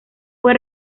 fue